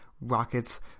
rockets